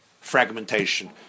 fragmentation